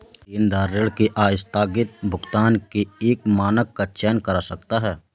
देनदार ऋण के आस्थगित भुगतान के एक मानक का चयन कर सकता है